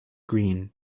green